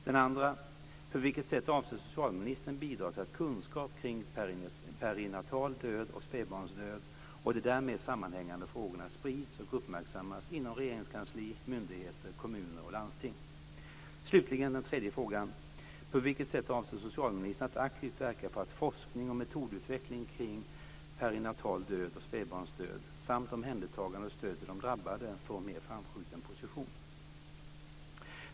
Den andra: På vilket sätt avser socialministern bidra till att kunskap kring perinatal död och spädbarnsdöd och de därmed sammanhängande frågorna sprids och uppmärksammas inom regeringskansli, myndigheter, kommuner och landsting? Slutligen den tredje frågan: På vilket sätt avser socialministern att aktivt verka för att forskning och metodutveckling kring perinatal död och spädbarnsdöd samt omhändertagande och stöd till de drabbade får en mer framskjuten position?